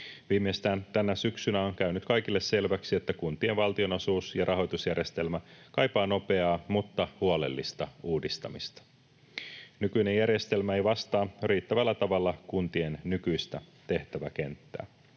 Viimeistään tänä syksynä on käynyt kaikille selväksi, että kuntien valtionosuus‑ ja rahoitusjärjestelmä kaipaa nopeaa mutta huolellista uudistamista. Nykyinen järjestelmä ei vastaa riittävällä tavalla kuntien nykyistä tehtäväkenttää.